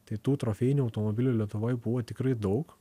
tai tų trofėjinių automobilių lietuvoj buvo tikrai daug